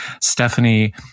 Stephanie